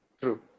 True